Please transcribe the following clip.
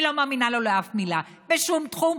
אני לא מאמינה לו לאף מילה בשום תחום,